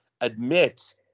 admit